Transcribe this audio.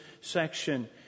section